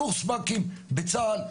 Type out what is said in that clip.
קורס מ"כים בצה"ל,